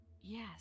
Yes